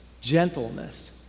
gentleness